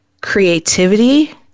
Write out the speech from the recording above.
creativity